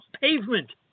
pavement